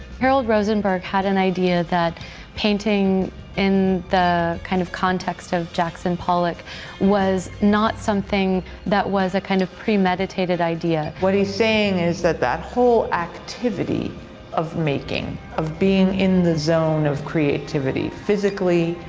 harold rosenberg had an idea that painting in the kind of context of jackson pollock was not something that was a kind of premeditated idea. what he's saying is that that whole activity of making, of being in the zone of creativity, physically,